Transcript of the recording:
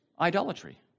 idolatry